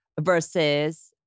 versus